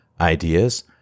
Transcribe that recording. ideas